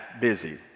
busy